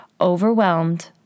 overwhelmed